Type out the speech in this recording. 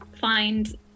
find